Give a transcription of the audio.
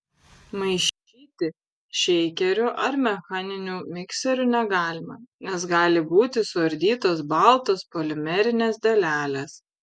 maišyti šeikeriu ar mechaniniu mikseriu negalima nes gali būti suardytos baltos polimerinės dalelės